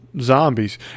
zombies